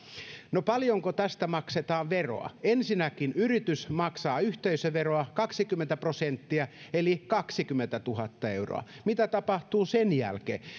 no paljonko tästä maksetaan veroa ensinnäkin yritys maksaa yhteisöveroa kaksikymmentä prosenttia eli kaksikymmentätuhatta euroa mitä tapahtuu sen jälkeen